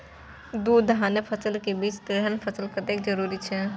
दू धान्य फसल के बीच तेलहन फसल कतेक जरूरी छे?